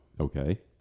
Okay